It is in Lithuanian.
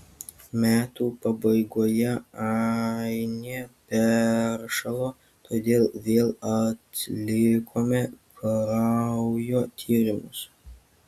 metų pabaigoje ainė peršalo todėl vėl atlikome kraujo tyrimus